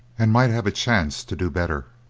and might have a chance to do better.